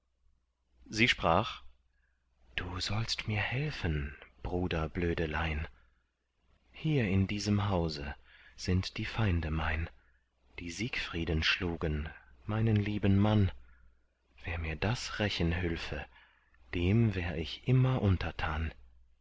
sie sprach du sollst mir helfen bruder blödelein hier in diesem hause sind die feinde mein die siegfrieden schlugen meinen lieben mann wer mir das rächen hülfe dem wär ich immer untertan